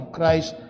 Christ